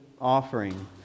offering